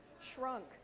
shrunk